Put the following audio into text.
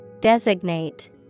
Designate